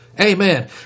Amen